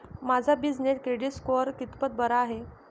माझा business credit score कितपत बरा आहे?